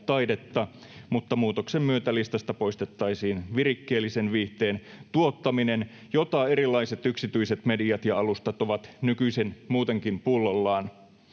mutta muutoksen myötä listasta poistettaisiin virikkeellisen viihteen tuottaminen. Sitä erilaiset yksityiset mediat ja alustat ovat nykyisin muutenkin pullollaan.